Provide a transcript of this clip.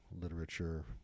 literature